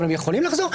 אבל הם יכולים לחזור,